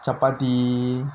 chappaathi